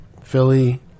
Philly